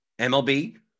MLB